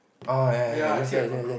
oh ya ya just there it's there is there